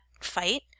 fight